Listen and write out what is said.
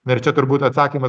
na ir čia turbūt atsakymas